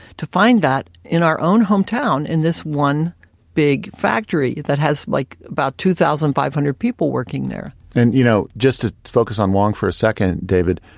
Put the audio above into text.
to find that in our own hometown, and this one big factory that has like about two thousand five hundred people working there and you know, just to focus on wong for a second, david.